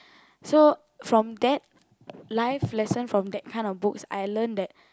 so from that life lesson from that kind of books I learn that